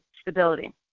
stability